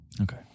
Okay